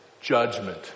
judgment